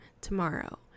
tomorrow